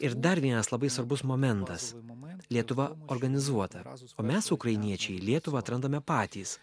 ir dar vienas labai svarbus momentas lietuva organizuota o mes ukrainiečiai lietuvą atrandame patys